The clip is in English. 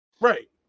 right